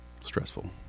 Stressful